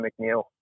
McNeil